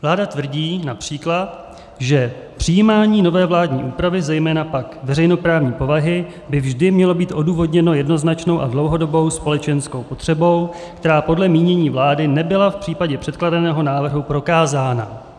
Vláda tvrdí, například, že přijímání nové vládní úpravy, zejména pak veřejnoprávní povahy, by vždy mělo být odůvodněno jednoznačnou a dlouhodobou společenskou potřebou, která podle mínění vlády nebyla v případě předkládaného návrhu prokázána.